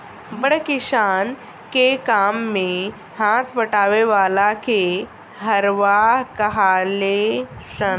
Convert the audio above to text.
बड़ किसान के काम मे हाथ बटावे वाला के हरवाह कहाले सन